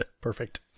perfect